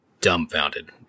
dumbfounded